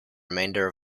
remainder